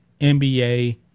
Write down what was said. NBA